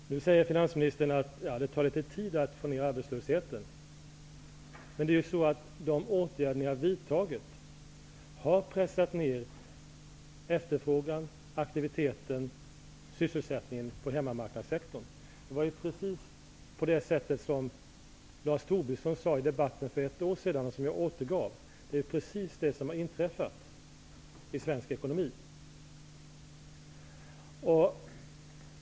Fru talman! Nu säger finansministern att det tar litet tid att få ned arbetslösheten. Men de åtgärder ni har vidtagit har pressat ned efterfrågan, aktiviteten och sysselsättningen i hemmamarknadssektorn. Det var ju precis det Lars Tobisson talade om i debatten för ett år sedan och som jag återgav. Det är precis det som har inträffat i svensk ekonomi.